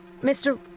Mr